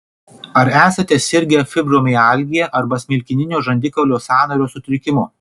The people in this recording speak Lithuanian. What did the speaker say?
ar esate sirgę fibromialgija arba smilkininio žandikaulio sąnario sutrikimu